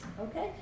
Okay